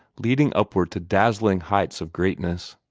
leading upward to dazzling heights of greatness.